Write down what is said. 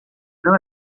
não